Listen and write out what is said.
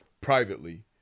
privately